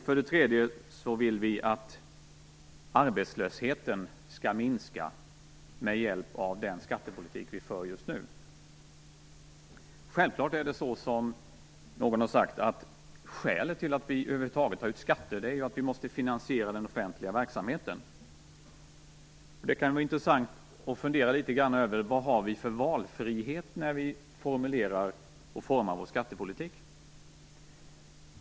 För det tredje vill vi att arbetslösheten skall minska med hjälp av den skattepolitik vi för just nu. Självklart är det så, som någon har sagt, att skälet till att vi över huvud taget tar ut skatter är att vi måste finansiera den offentliga verksamheten. Det kan vara intressant att fundera över vilken valfrihet vi har när vi formulerar och formar vår skattepolitik.